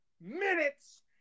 minutes